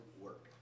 work